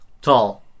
Tall